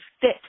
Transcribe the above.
fit